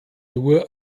nur